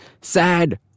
sad